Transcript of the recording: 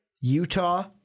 Utah